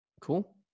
cool